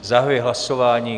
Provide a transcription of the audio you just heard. Zahajuji hlasování.